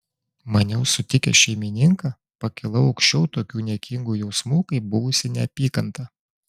maniau sutikęs šeimininką pakilau aukščiau tokių niekingų jausmų kaip buvusi neapykanta